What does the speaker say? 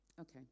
Okay